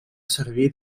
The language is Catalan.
servir